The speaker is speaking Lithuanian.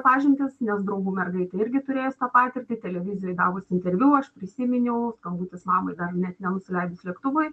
pažintis nes draugų mergaitė irgi turėjus tą patirtį televizijoj davus interviu aš prisiminiau skambutis mamai dar net nenusileidus lėktuvui